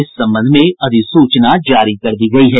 इस संबंध में अधिसूचना जारी कर दी गयी है